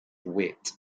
wit